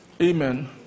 Amen